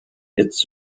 its